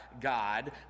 God